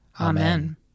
Amen